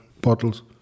bottles